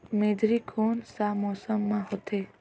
मेझरी कोन सा मौसम मां होथे?